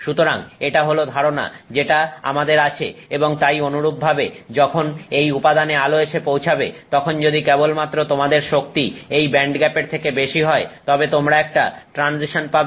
সুতরাং এটা হল ধারণা যেটা আমাদের আছে এবং তাই অনুরূপভাবে যখন এই উপাদানে আলো এসে পৌঁছাবে তখন যদি কেবলমাত্র তোমাদের শক্তি এই ব্যান্ডগ্যাপের থেকে বেশি হয় তবে তোমরা একটা ট্রানজিশন পাবে